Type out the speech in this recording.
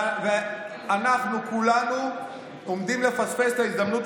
ואנחנו כולנו עומדים לפספס את ההזדמנות